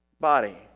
body